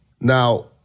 Now